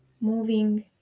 moving